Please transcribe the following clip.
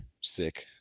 sick